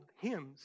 hymns